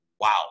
wow